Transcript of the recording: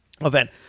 event